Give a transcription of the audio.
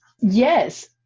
Yes